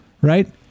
right